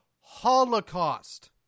holocaust